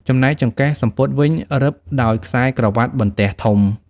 ចំណែកចង្កេះសំពត់វិញ រឹតដោយខ្សែក្រវាត់បន្ទះធំ។